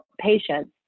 patients